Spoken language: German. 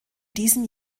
diesem